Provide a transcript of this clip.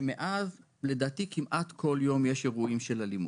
שמאז לדעתי כמעט כל יום יש אירועים של אלימות,